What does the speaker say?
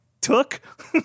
Took